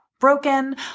broken